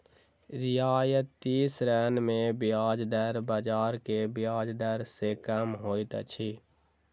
रियायती ऋण मे ब्याज दर बाजार के ब्याज दर सॅ कम होइत अछि